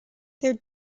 their